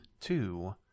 two